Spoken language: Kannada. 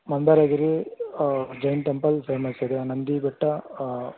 ಮಂದಾರ ಗಿರಿ ಜೈನ್ ಟೆಂಪಲ್ ಫೇಮಸ್ ಇದೆ ನಂದಿ ಬೆಟ್ಟ